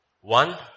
One